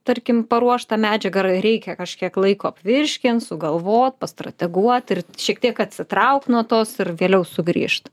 tarkim paruošt tą medžiagą ar reikia kažkiek laiko apvirškint sugalvot pastrateguot ir šiek tiek atsitraukt nuo tos ir vėliau sugrįžt